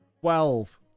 Twelve